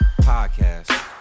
podcast